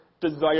desire